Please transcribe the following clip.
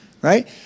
Right